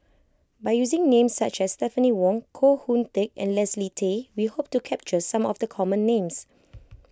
by using names such as Stephanie Wong Koh Hoon Teck and Leslie Tay we hope to capture some of the common names